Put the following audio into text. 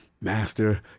master